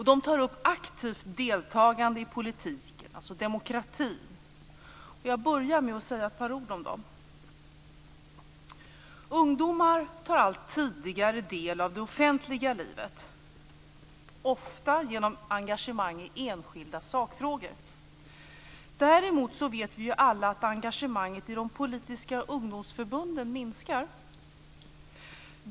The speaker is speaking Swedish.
De tar upp aktivt deltagande i politiken, dvs. demokratin. Jag börjar med att säga ett par ord om dem. Ungdomar tar allt tidigare del av det offentliga livet. Ofta genom engagemang i enskilda sakfrågor. Däremot vet vi alla att engagemanget i de politiska ungdomsförbunden minskar.